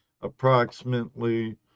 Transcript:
approximately